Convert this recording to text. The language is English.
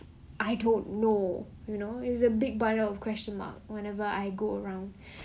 I don't know you know is a big bundle of question mark whenever I go around